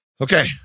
Okay